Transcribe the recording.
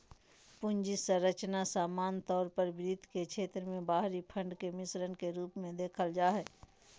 पूंजी संरचना सामान्य तौर पर वित्त के क्षेत्र मे बाहरी फंड के मिश्रण के रूप मे देखल जा हय